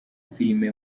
filime